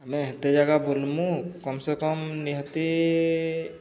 ଆମେ ହେତେ ଜାଗା ବୁଲ୍ମୁ କମ୍ସେ କମ୍ ନିହାତି